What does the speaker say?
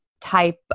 type